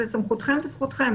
זו סמכותכם וזכותכם,